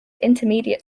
intermediate